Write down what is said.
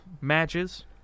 Matches